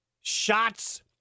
Shots